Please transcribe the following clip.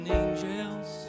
angels